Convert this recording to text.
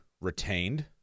retained